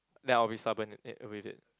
then I will be stubborn eh with it